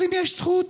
אנחנו כוחות